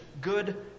good